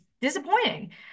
disappointing